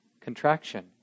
contraction